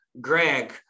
Greg